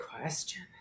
question